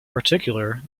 particular